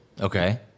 Okay